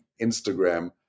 Instagram